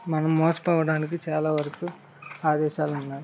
మనం మోసపోవడానికి చాలా వరకు అవకాశాలున్నాయి